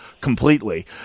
completely